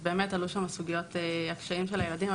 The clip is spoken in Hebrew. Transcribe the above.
אז באמת עלו שם סוגיות על הקשיים של הילדים.